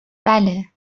بله